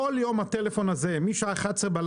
כל יום הטלפון הזה משעה 23:00,